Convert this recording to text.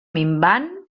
minvant